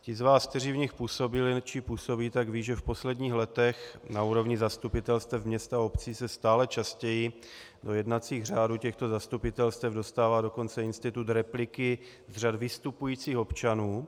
Ti z vás, kteří v nich působili či působí, vědí, že v posledních letech na úrovni zastupitelstev města a obcí se stále častěji do jednacích řádů těchto zastupitelstev dostává dokonce institut repliky z řad vystupujících občanů.